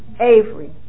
Avery